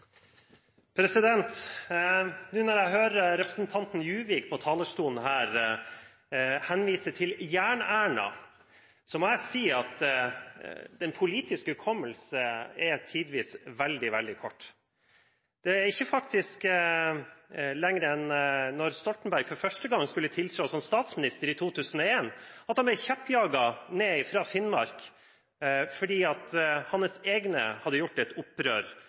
Juvik på talerstolen her henvise til Jern-Erna, må jeg si at den politiske hukommelse tidvis er veldig, veldig kort. Det er faktisk ikke lenger siden enn da Stoltenberg for første gang skulle tiltre som statsminister i 2001, at han ble kjeppjaget fra Finnmark fordi hans egne hadde gjort et opprør